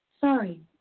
Sorry